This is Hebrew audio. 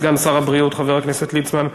סגן שר הבריאות חבר הכנסת ליצמן,